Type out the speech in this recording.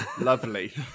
Lovely